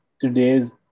today's